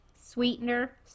sweetener